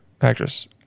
actress